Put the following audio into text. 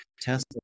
Tesla